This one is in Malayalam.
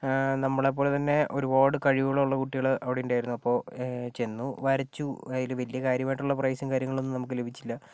നമ്മളെ പോലെ തന്നെ ഒരുപാട് കഴിവുകളുള്ള കുട്ടികൾ അവിടെ ഉണ്ടായിരുന്നു അപ്പോൾ ചെന്നു വരച്ചു അതിൽ വലിയ കാര്യമായിട്ടുള്ള പ്രൈസും കാര്യങ്ങളൊന്നും നമുക്ക് ലഭിച്ചില്ല